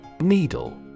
Needle